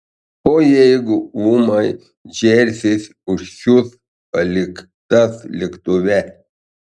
o jeigu ūmai džersis užsius paliktas lėktuve